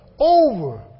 over